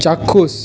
চাক্ষুষ